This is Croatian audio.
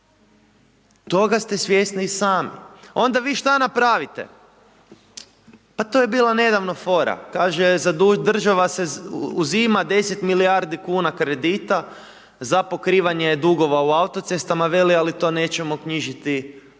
toga ste svjesni i sami. Onda vi šta napravite. Pa to je bila nedavno fora. Kaže država uzima 10 milijardi kuna kredita za pokrivanje dugova u Autocestama, veli, ali to nećemo knjižiti kao